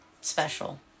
special